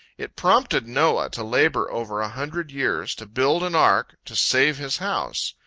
it prompted noah to labor over a hundred years, to build an ark, to save his house.